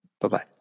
Bye-bye